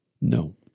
No